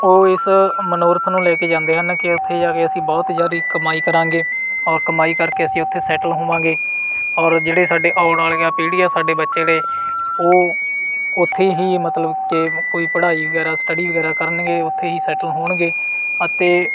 ਉਹ ਇਸ ਮਨੋਰਥ ਨੂੰ ਲੈ ਕੇ ਜਾਂਦੇ ਹਨ ਕਿ ਉੱਥੇ ਜਾ ਕੇ ਅਸੀਂ ਬਹੁਤ ਜ਼ਿਆਦਾ ਕਮਾਈ ਕਰਾਂਗੇ ਔਰ ਕਮਾਈ ਕਰਕੇ ਅਸੀਂ ਉੱਥੇ ਸੈਟਲ ਹੋਵਾਂਗੇ ਔਰ ਜਿਹੜੇ ਸਾਡੇ ਆਉਣ ਵਾਲੀਆਂ ਪੀੜ੍ਹੀਆਂ ਸਾਡੇ ਬੱਚੇ ਨੇ ਉਹ ਉੱਥੇ ਹੀ ਮਤਲਬ ਕਿ ਕੋਈ ਪੜ੍ਹਾਈ ਵਗੈਰਾ ਸਟਡੀ ਵਗੈਰਾ ਕਰਨਗੇ ਉੱਥੇ ਹੀ ਸੈਟਲ ਹੋਣਗੇ ਅਤੇ